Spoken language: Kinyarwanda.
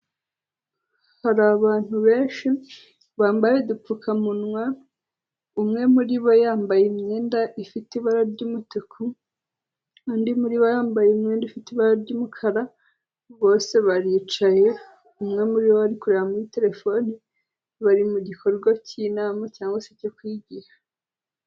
Hari abantu benshi bambaye udupfukamunwa, umwe muri bo yambaye imyenda ifite ibara ry'umutuku, undi muri bo yambaye umwenda ufite ibara ry'umukara, bose baricaye, umwe muri bo ari kureba muri telefone, bari mu gikorwa cy'inama cyangwa se cyo kwigisha.